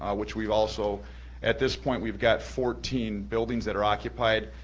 ah which we've also at this point we've got fourteen buildings that are occupied.